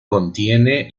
contiene